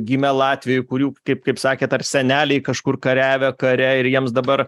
gimė latvijoj kurių kaip kaip sakėt ar seneliai kažkur kariavę kare ir jiems dabar